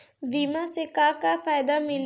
बीमा से का का फायदा मिली?